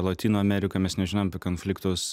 lotynų amerikoj mes nežinojom apie konfliktus